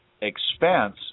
expense